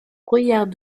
bruyères